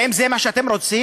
האם זה מה שאתם רוצים?